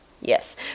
Yes